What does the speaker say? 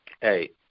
hey